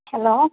hello